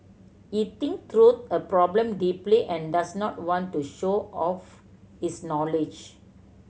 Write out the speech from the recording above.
he think through a problem deeply and does not want to show off his knowledge